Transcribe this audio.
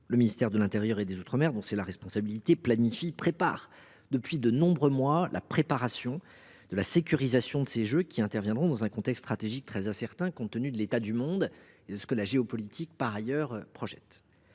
Le ministère de l’intérieur et des outre mer, dont c’est la responsabilité, planifie et prépare depuis de nombreux mois la sécurisation de ces Jeux qui interviendront dans un contexte stratégique très incertain compte tenu de l’état du monde et de la situation géopolitique. La nature des